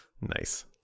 Nice